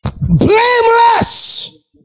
blameless